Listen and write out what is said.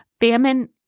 famine